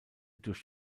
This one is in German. durch